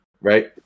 right